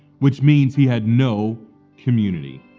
which means he had no community.